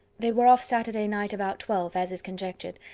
they were off saturday night about twelve, as is conjectured,